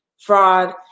fraud